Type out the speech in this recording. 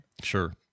Sure